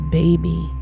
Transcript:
baby